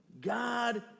God